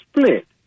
split